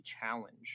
challenge